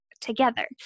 together